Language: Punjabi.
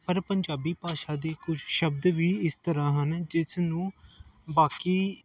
ਪਰ ਪੰਜਾਬੀ ਭਾਸ਼ਾ ਦੇ ਕੁਝ ਸ਼ਬਦ ਵੀ ਇਸ ਤਰ੍ਹਾਂ ਹਨ ਜਿਸ ਨੂੰ ਬਾਕੀ